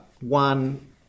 one